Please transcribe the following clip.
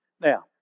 Now